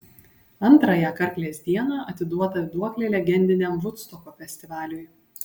antrąją karklės dieną atiduota duoklė legendiniam vudstoko festivaliui